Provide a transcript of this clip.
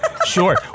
Sure